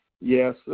Yes